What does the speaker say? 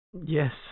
Yes